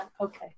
okay